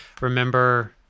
remember